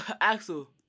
Axel